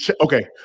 okay